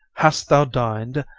hast thou din'd?